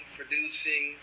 producing